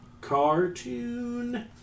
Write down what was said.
Cartoon